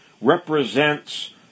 represents